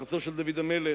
בארצו של דוד המלך,